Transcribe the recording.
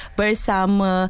bersama